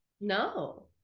No